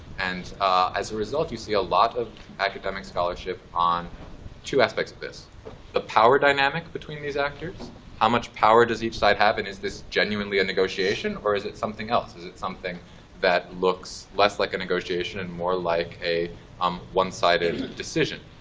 and as a result, you see a lot of academic scholarship on two aspects of this the power dynamic between these actors how much power does each side have, and is this genuinely a negotiation? or is it something else? is it something that looks less like a negotiation and more like a um one-sided decision?